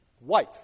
wife